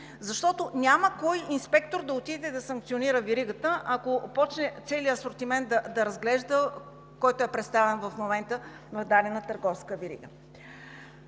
защото няма кой инспектор да отиде да санкционира веригата, ако започне целия асортимент да разглежда, който е представен в момента на дадена търговска верига.